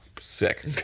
sick